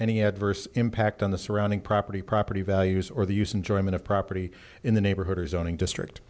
any adverse impact on the surrounding property property values or the use enjoyment of property in the neighborhood or zoning district